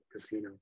casino